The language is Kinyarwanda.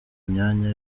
imyanya